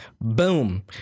boom